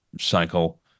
cycle